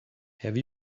have